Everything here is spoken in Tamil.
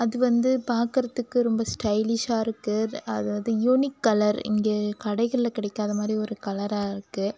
அது வந்து பார்க்கறதுக்கு ரொம்ப ஸ்டைலிஷ்ஷாக இருக்குது அதாவது யூனிக் கலர் இங்கே கடைகளில் கிடைக்காத மாதிரி ஒரு கலராக இருக்குது